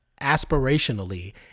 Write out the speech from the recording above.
aspirationally